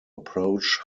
approach